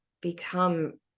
become